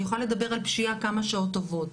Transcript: אני יכולה לדבר על פשיעה כמה שעות טובות,